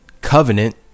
covenant